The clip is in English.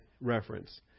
reference